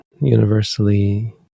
universally